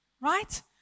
right